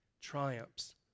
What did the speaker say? triumphs